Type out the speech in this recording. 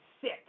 sick